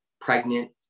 pregnant